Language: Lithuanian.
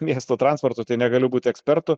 miesto transportu tai negaliu būti ekspertu